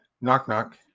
Knock-knock